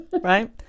right